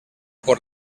por